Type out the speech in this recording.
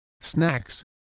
snacks